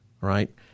right